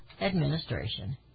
administration